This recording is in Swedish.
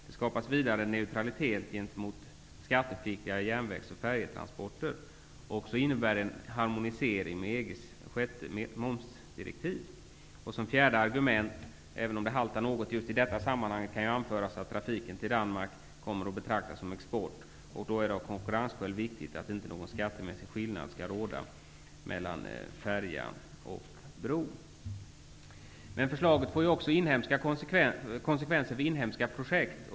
För det andra skapas en neutralitet gentemot skattepliktiga järnvägs och färjetransporter. För det tredje innebär det en harmonisering till För det fjärde kan som argument anföras, även om det haltar något just i detta sammanhang, att trafiken till Danmark kommer att betraktas som export. Då är det av konkurrensskäl viktigt att inte någon skattemässig skillnad råder mellan färja och bro. Förslaget får också konsekvenser för inhemska projekt.